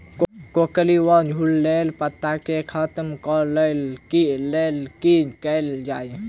कोकरी वा घुंघरैल पत्ता केँ खत्म कऽर लेल की कैल जाय?